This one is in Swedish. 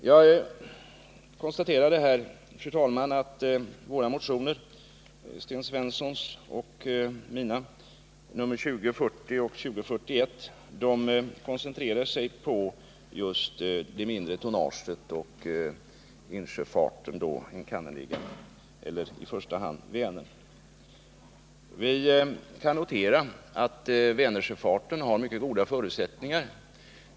Jag konstaterar här, fru talman, att Sten Svenssons och mina motioner 2040 och 2041 koncentrerar sig på just det mindre tonnaget och insjöfarten, i första hand den på Vänern. Vi kan notera att Vänersjöfarten har mycket goda förutsättningar.